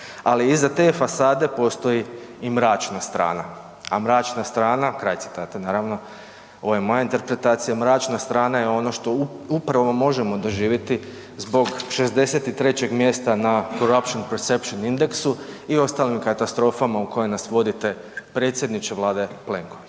ali iza te fasade postoji i mračna strana, a mračna strana, kraj citata, naravno, ovo je moja interpretacija, mračna strana je ono što upravo možemo doživjeti zbog 63. mjesta na Corruption Perceptions Indexu i ostalim katastrofama u koje nas vodite, predsjedniče Vlade Plenković.